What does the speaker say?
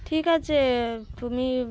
ঠিক আছে তুমি